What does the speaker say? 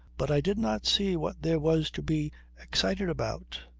but i did not see what there was to be excited about.